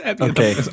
Okay